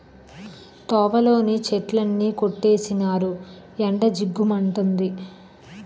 తోవలోని చెట్లన్నీ కొట్టీసినారు ఎండ జిగ్గు మంతంది